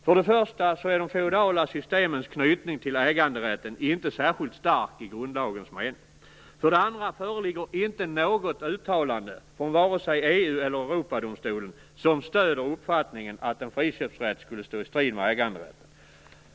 För det första är de feodala systemens knytning till äganderätten inte särskilt stark i grundlagens mening. För det andra föreligger inte något uttalande från vare sig EU eller Europadomstolen som stödjer uppfattningen att en friköpsrätt skulle stå i strid med äganderätten.